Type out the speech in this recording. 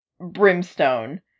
Brimstone